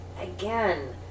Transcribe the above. again